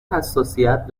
حساسیت